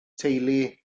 teulu